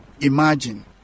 imagine